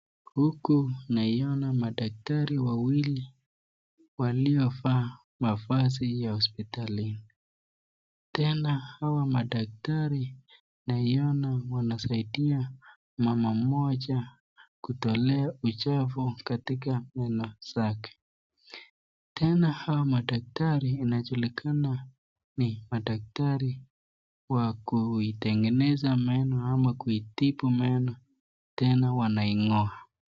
Huku naiona madaktari wawili waliovaa mavazi ya hospitali tena hawa madaktari naiona wanasaidia mama mmoja kutolewa uchafu katika meno zake tena hawa madaktari wanajulikana ni madaktari wa kuitengeneza meno ama kutibu meno tena wanaingoa.